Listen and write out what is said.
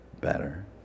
better